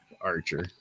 Archer